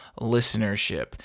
listenership